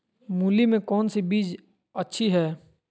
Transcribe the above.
मूली में कौन सी बीज अच्छी है?